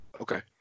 Okay